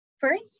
First